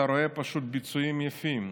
אתה רואה פשוט ביצועים יפים,